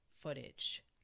footage